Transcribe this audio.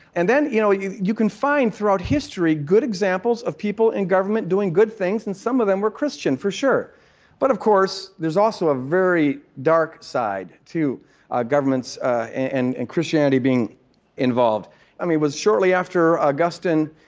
and then you know you you can find throughout history good examples of people in government doing good things and some of them were christian, for sure but, of course, there's also a very dark side to ah governments and and christianity being involved. i mean, it was shortly after augustine,